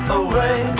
away